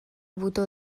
botó